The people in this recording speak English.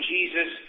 Jesus